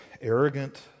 Arrogant